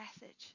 message